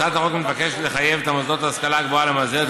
הצעת החוק מבקשת לחייב את המוסדות להשכלה גבוהה למזער את